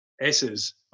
S's